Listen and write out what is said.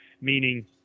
meaning